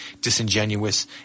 disingenuous